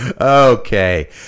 Okay